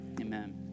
amen